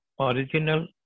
original